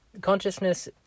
Consciousness